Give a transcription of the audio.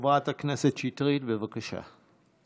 חברת הכנסת שטרית, בבקשה.